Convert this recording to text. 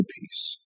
peace